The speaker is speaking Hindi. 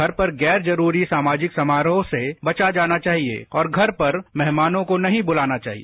घर पर गैर जरूरी सामाजिक समारोह से बचा जाना चाहिए और घर पर मेहमानों को नहीं बुलाना चाहिए